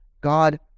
God